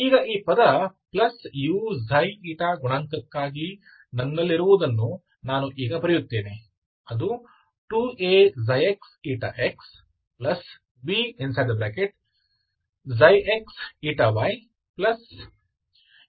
ಈಗ ಈ ಪದ ಪ್ಲಸ್ uξη ಗುಣಾಂಕಕ್ಕಾಗಿ ನನ್ನಲ್ಲಿರುವುದನ್ನು ನಾನು ಈಗ ಬರೆಯುತ್ತೇನೆ